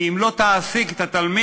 כי אם לא תעסיק את התלמיד,